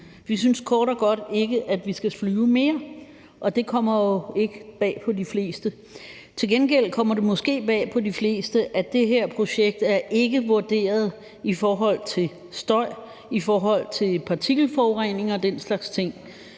Vi synes kort og godt ikke, at vi skal flyve mere, og det kommer jo ikke bag på de fleste. Til gengæld kommer det måske bag på de fleste, at det her projekt ikke er vurderet i forhold til støj, i forhold til partikelforurening og den slags ting,